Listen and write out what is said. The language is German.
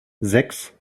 sechs